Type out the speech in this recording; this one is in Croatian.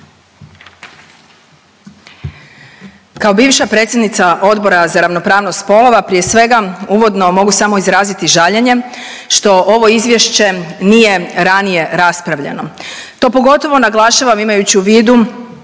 Kao bivša predsjednica Odbora za ravnopravnost spolova prije svega uvodno mogu samo izraziti žaljenje što ovo izvješće nije ranije raspravljeno. To pogotovo naglašavam imajući u vidu